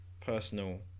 personal